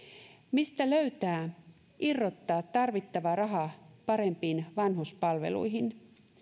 mistä löytää irrottaa tarvittava raha parempiin vanhuspalveluihin